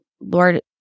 Lord